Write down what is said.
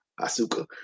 asuka